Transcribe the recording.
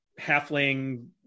halfling